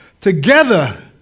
together